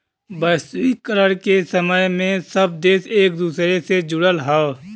वैश्वीकरण के समय में सब देश एक दूसरे से जुड़ल हौ